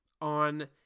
on